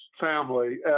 family